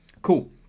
Cool